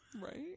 Right